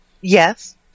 Yes